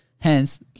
Hence